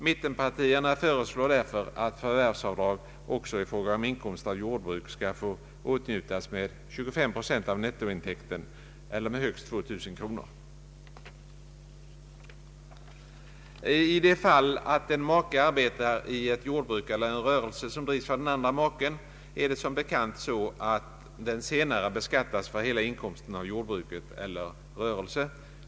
Mittenpartierna föreslår därför att förvärvsavdrag också i fråga om inkomst av jordbruk skall få åtnjutas med 25 procent av nettointäkten eller med högst 2 000 kronor. I de fall där den ene maken arbetar i jordbruk eller rörelse, som drivs av den andre maken, beskattas som bekant den senare för hela inkomsten av jordbruket eller rörelsen.